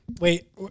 Wait